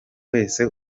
wese